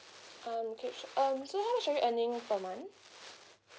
um okay sure um so how much are you earning per month